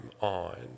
on